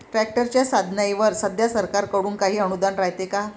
ट्रॅक्टरच्या साधनाईवर सध्या सरकार कडून काही अनुदान रायते का?